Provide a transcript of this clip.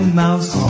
mouse